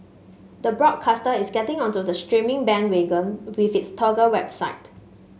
the broadcaster is getting onto the streaming bandwagon with its Toggle website